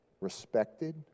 respected